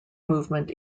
movement